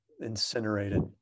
incinerated